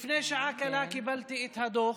לפני שעה קלה קיבלתי את הדוח.